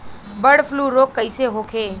Bird flu रोग कईसे होखे?